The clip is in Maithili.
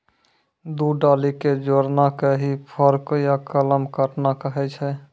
दू डाली कॅ जोड़ना कॅ ही फोर्क या कलम काटना कहै छ